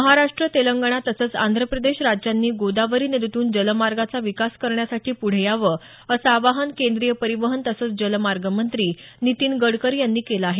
महाराष्ट्र तेलंगणा तसंच आंध प्रदेश राज्यांनी गोदावरी नदीतून जलमार्गांचा विकास करण्यासाठी पुढे यावं असं आवाहन केंद्रीय परिवहन तसंच जलमार्ग मंत्री नितीन गडकरी यांनी केलं आहे